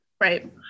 Right